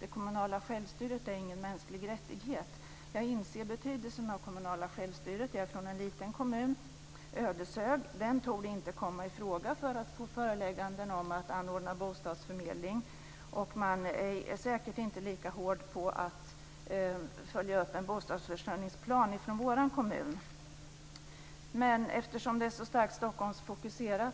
Det kommunala självstyret är ingen mänsklig rättighet. Jag inser betydelsen av det kommunala självstyret. Jag är från en liten kommun, Ödeshög. Den torde inte komma i fråga för föreläggande om att anordna bostadsförmedling. Man är säkert inte lika hård med att följa upp en bostadsförsörjningsplan från vår kommun. Men eftersom det är en så stark Stockholmsfokusering